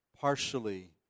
partially